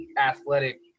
athletic